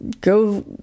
go